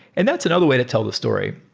and that's another way to tell the story,